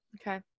Okay